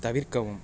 தவிர்க்கவும்